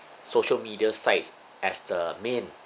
social media sites as the main